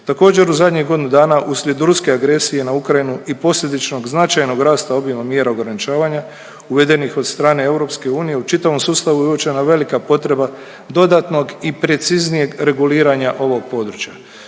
Također u zadnjih godinu dana uslijed Ruske agresije na Ukrajinu i posljedičnog značajnog rasta obima mjera ograničavanja uvedenih od strane Europske unije u čitavom sustavu uočena je velika potreba dodatnog i preciznijeg reguliranja ovog područja.